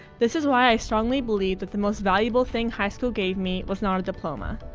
this is why i strongly believe that the most valuable thing high school gave me was not a diploma,